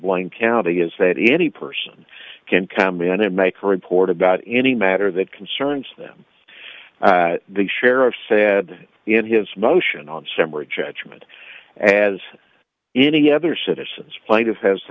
one county is that any person can come in and make a report about any matter that concerns them the sheriff said in his motion on samara judgment as any other citizens plaintiff has the